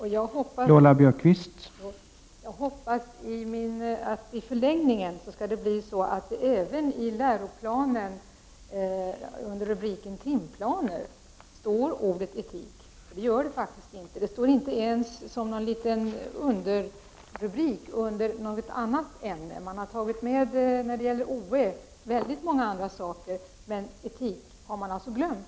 Herr talman! Jag hoppas att det i förlängningen skall bli så, att det även i läroplanen under rubriken Timplaner skall stå ordet Etik. Det ordet står inte där i dag. Det finns inte ens med som en liten underrubrik under något annat ämne. Bland oä-ämnena har man tagit med väldigt många andra ämnen, men Etik har man alltså glömt.